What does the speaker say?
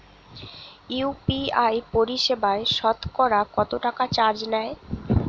UPI পরিসেবায় সতকরা কতটাকা চার্জ নেয়?